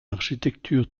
architecture